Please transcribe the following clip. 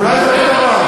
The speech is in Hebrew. אולי זה אותו דבר.